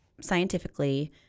scientifically